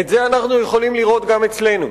את זה אנחנו יכולים לראות גם אצלנו.